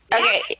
okay